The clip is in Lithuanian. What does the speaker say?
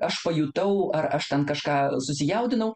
aš pajutau ar aš ten kažką susijaudinau